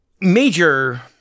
major